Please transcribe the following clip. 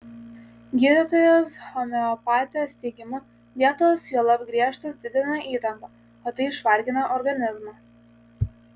gydytojos homeopatės teigimu dietos juolab griežtos didina įtampą o tai išvargina organizmą